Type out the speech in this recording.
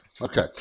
Okay